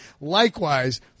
Likewise